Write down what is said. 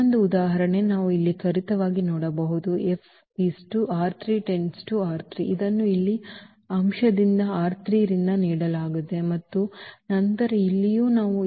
ಇನ್ನೊಂದು ಉದಾಹರಣೆ ನಾವು ಇಲ್ಲಿ ತ್ವರಿತವಾಗಿ ನೋಡಬಹುದು ಈ ಇದನ್ನು ಇಲ್ಲಿ ಈ ಅಂಶದಿಂದ ರಿಂದ ನೀಡಲಾಗಿದೆ ಮತ್ತು ನಂತರ ಇಲ್ಲಿಯೂ ನಾವು ಈ ಅಂಶವನ್ನು